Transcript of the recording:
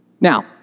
Now